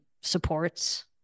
supports